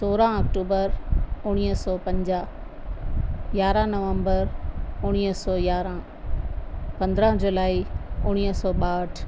सोरहं अक्टूबर उणिवीह सौ पंजाहु यारहं नवंबर उणिवीह सौ यारहं पंद्रहं जुलाई उणिवीह सौ ॿाहठि